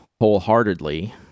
wholeheartedly